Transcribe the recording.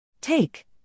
Take